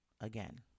again